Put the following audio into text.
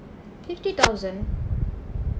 fifty thousand